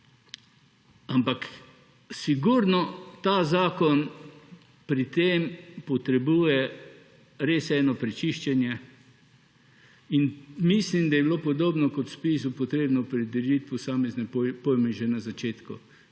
Ampak sigurno ta zakon pri tem potrebuje res eno prečiščenje. Mislim, da bi bilo, podobno kot v ZPIZ-u, potrebno opredeliti posamezne pojme že na začetku,